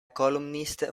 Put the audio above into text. columnist